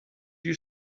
you